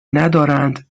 ندارند